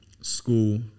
school